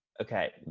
Okay